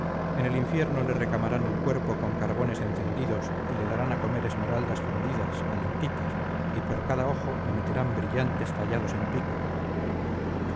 en el infierno le recamarán el cuerpo con carbones encendidos y le darán a comer esmeraldas fundidas calentitas y por cada ojo le meterán brillantes tallados en pico